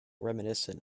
reminiscent